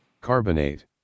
Carbonate